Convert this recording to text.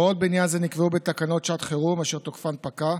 הוראות בעניין זה נקבעו בתקנות שעת חירום אשר תוקפן פקע,